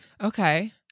okay